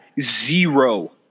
zero